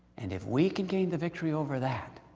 and if we can gain the victory over that,